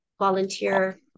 volunteer